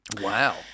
Wow